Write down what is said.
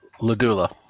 Ladula